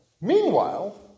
Meanwhile